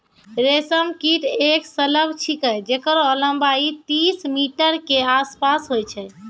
रेशम कीट एक सलभ छिकै जेकरो लम्बाई तीस मीटर के आसपास होय छै